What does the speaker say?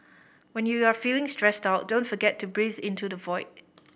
when you are feeling stressed out don't forget to breathe into the void